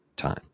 time